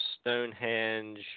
Stonehenge